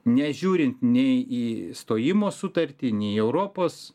nežiūrint nei į stojimo sutartį nei europos